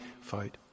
fight